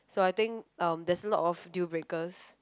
so I think um there's a lot of deal breakers